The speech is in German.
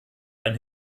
einen